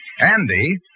Andy